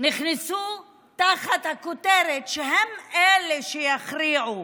נכנסו תחת הכותרת שהם שיכריעו,